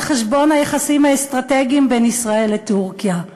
חשבון היחסים האסטרטגיים בין ישראל לטורקיה.